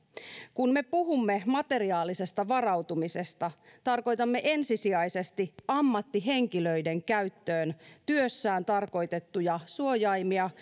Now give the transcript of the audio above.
kun me puhumme materiaalisesta varautumisesta tarkoitamme ensisijaisesti ammattihenkilöiden käyttöön työssään tarkoitettuja suojaimia